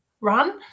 run